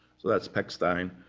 so that's pechstein.